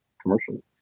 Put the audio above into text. commercially